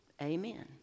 Amen